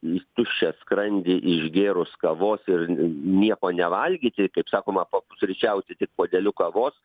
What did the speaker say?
į tuščią skrandį išgėrus kavos ir nieko nevalgyti kaip sakoma papusryčiauti taip puodeliu kavos